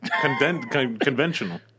conventional